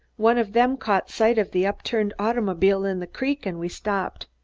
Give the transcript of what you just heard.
one of them caught sight of the upturned automobile in the creek, and we stopped.